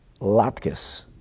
Latkes